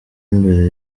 imbere